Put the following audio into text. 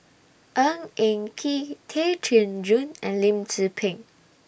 Ng Eng Kee Tay Chin Joo and Lim Tze Peng